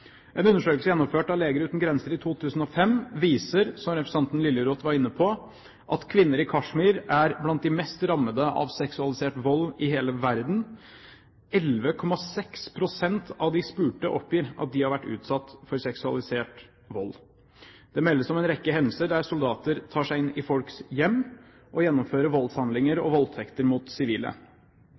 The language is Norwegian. En undersøkelse gjennomført av Leger Uten Grenser i 2005 viser, som representanten Liljeroth var inne på, at kvinner i Kashmir er blant de mest rammede av seksualisert vold i hele verden. 11,6 pst av de spurte oppgir at de har vært utsatt for seksualisert vold. Det meldes om en rekke hendelser der soldater tar seg inn i folks hjem og gjennomfører voldshandlinger og voldtekter mot sivile.